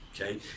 okay